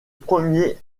premier